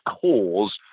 cause